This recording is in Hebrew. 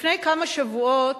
לפני כמה שבועות,